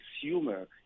consumer